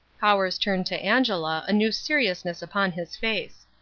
powers turned to angela, a new seriousness upon his face.